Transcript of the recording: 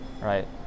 right